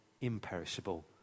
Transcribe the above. imperishable